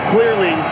Clearly